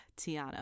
Tiana